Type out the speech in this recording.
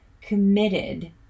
committed